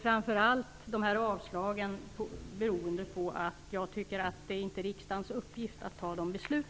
Avslagsyrkandena beror framför allt på att jag tycker att det inte är riksdagens uppgift att fatta sådana beslut.